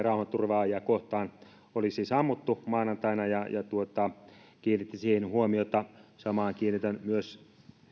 rauhanturvaajia kohti oli ammuttu maanantaina kiinnitti siihen huomiota samaan kiinnitän myös